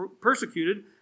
persecuted